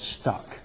stuck